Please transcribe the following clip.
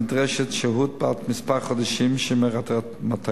נדרשת שהות של כמה חודשים שמטרתה